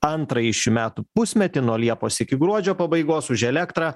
antrąjį šių metų pusmetį nuo liepos iki gruodžio pabaigos už elektrą